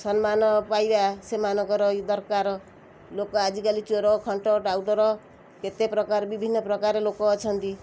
ସମ୍ମାନ ପାଇବା ସେମାନଙ୍କର ଦରକାର ଲୋକ ଆଜିକାଲି ଚୋର ଖଣ୍ଟ ଟାଉଟର କେତେ ପ୍ରକାର ବିଭିନ୍ନ ପ୍ରକାର ଲୋକ ଅଛନ୍ତି